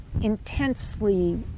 intensely